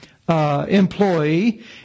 Employee